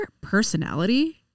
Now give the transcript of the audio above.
personality